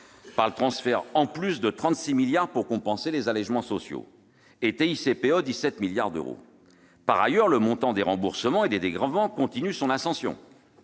par le transfert de plus de 36 milliards euros pour compenser les allégements sociaux ; pour la TICPE, 17 milliards d'euros. Par ailleurs, le montant des remboursements et dégrèvements continue son ascension.